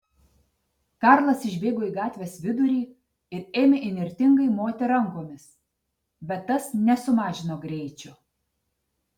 karlas išbėgo į gatvės vidurį ir ėmė įnirtingai moti rankomis bet tas nesumažino greičio